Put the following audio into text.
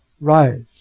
Rise